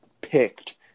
picked